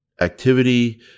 activity